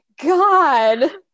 god